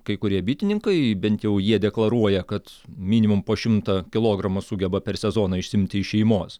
kai kurie bitininkai bent jau jie deklaruoja kad minimum po šimtą kilogramų sugeba per sezoną išsiimti iš šeimos